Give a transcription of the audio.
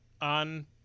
on